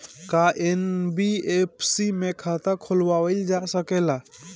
का एन.बी.एफ.सी में खाता खोलवाईल जा सकेला?